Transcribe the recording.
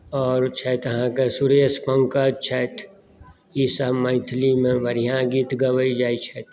आओर छथि आहाँकेँ सुरेश पंकज छथि ई सब मैथिलीमे बढ़िया गीत गबै जाइत छथि